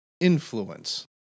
influence